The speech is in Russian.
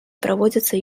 проводятся